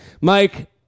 Mike